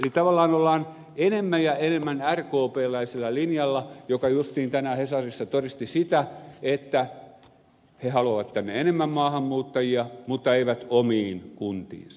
eli tavallaan ollaan enemmän ja enemmän rkpläisellä linjalla joka justiin tänään hesarissa todisti sitä että he halua vat tänne enemmän maahanmuuttajia mutta eivät omiin kuntiinsa